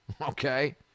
Okay